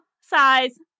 size